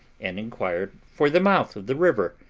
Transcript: and inquired for the mouth of the river,